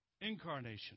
Incarnation